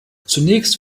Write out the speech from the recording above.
zunächst